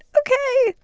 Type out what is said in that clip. ok.